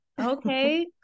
Okay